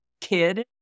kid